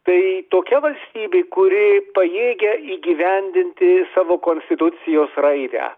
tai tokia valstybė kuri pajėgia įgyvendinti savo konstitucijos raidę